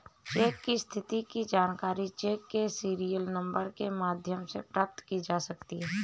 check की स्थिति की जानकारी चेक के सीरियल नंबर के माध्यम से प्राप्त की जा सकती है